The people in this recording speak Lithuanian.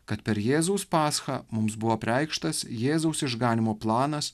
kad per jėzaus paschą mums buvo apreikštas jėzaus išganymo planas